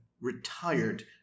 retired